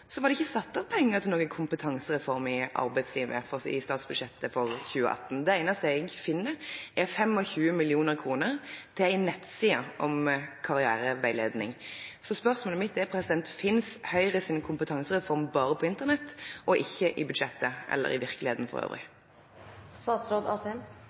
så vidt jeg kan se, er det ikke satt av penger til noen kompetansereform i statsbudsjettet for 2018. Det eneste jeg finner, er 25 millioner til en nettside om karriereveiledning. Finnes Høyres kompetansereform bare på internett og ikke i budsjettet?» La meg begynne med å si at det gleder meg at Arbeiderpartiet igjen har begynt å snakke om kompetanse i